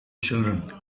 children